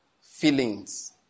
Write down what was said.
feelings